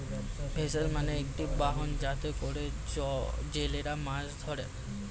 vessel মানে একটি বাহন যাতে করে জেলেরা মাছ ধরে